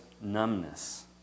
numbness